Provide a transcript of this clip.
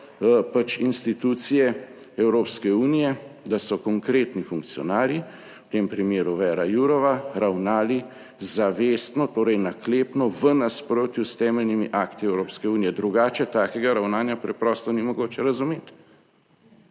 pač institucije Evropske unije, da so konkretni funkcionarji, v tem primeru Věre Jourove ravnali zavestno, torej naklepno, v nasprotju s temeljnimi akti Evropske unije, drugače takega ravnanja preprosto ni mogoče razumeti.